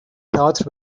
تاتر